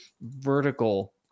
vertical